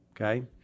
Okay